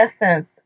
Essence